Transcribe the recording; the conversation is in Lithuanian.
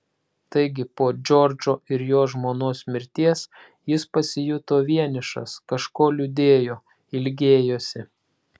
taigi po džordžo ir jo žmonos mirties jis pasijuto vienišas kažko liūdėjo ilgėjosi